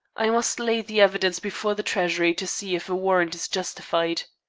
i must lay the evidence before the treasury to see if a warrant is justified.